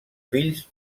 fills